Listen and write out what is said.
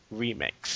remix